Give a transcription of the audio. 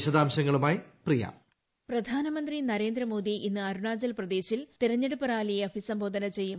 വിശദാംശങ്ങളുമായി പ്രിയ പ്രധാനമന്ത്രി നരേന്ദ്ര മോദി ഇന്ന് അരുണാചൽപ്രദേശിൽ തിരഞ്ഞെടുപ്പ് റാലിയെ അഭിസംബോധനചെയ്യും